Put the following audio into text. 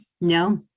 no